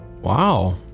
Wow